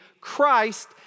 Christ